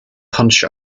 punch